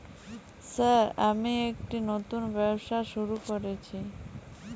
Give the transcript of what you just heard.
Sir আমি একটি নতুন ব্যবসা শুরু করেছি?